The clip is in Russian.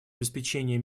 обеспечения